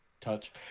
Touch